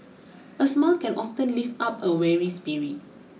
a smile can often lift up a weary spirit